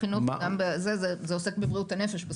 החינוך וגם בזה זה עוסק בבריאות הנפש בסוף.